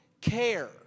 care